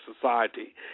society